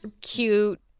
cute